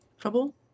Trouble